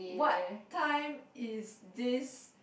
what time is this